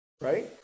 Right